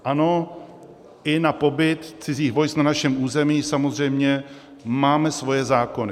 Ano, i na pobyt cizích vojsk na našem území samozřejmě máme svoje zákony.